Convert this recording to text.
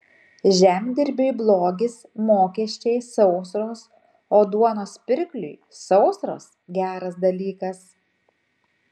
žemdirbiui blogis mokesčiai sausros o duonos pirkliui sausros geras dalykas